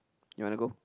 you want to go